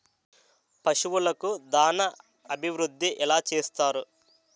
పశువులకు దాన అభివృద్ధి ఎలా చేస్తారు?